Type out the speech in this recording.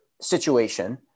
situation